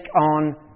on